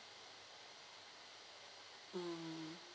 mm